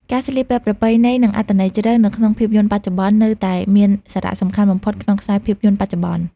ការស្លៀកពាក់ប្រពៃណី និងអត្ថន័យជ្រៅ នៅក្នុងភាពយន្តបច្ចុប្បន្ននៅតែមានសារៈសំខាន់បំផុតក្នុងខ្សែភាពយន្តបច្ចុប្បន្ន។